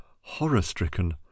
horror-stricken